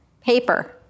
paper